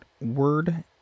word